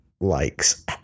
likes